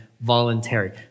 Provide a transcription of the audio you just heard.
voluntary